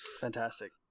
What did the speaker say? Fantastic